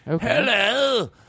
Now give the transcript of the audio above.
Hello